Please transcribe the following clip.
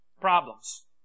problems